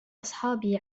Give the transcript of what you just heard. أصحابي